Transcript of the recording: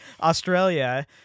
Australia